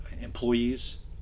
employees